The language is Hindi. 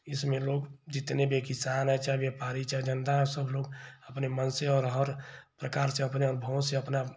इसमें लोग जितने भी हैं किसान हैं चाहे व्यापारी चाहे जनता सब लोग अपने मन से और हर प्रकार से अपने अनुभवों से अपना